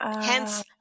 hence